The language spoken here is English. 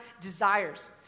desires